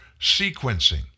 sequencing